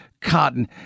cotton